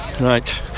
Right